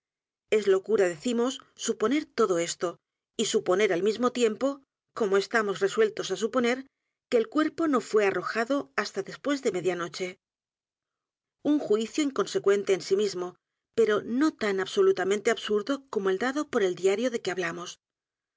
es locura decimos suponer todo esto y suponer al mismo tiempo como estamos resueltos á suponer que el cuerpo no fué arrojado hasta después de media noche un juicio inconsecuente en sí mismo pero no tan absolutamente absurdo como el dado por el diario de que hablamos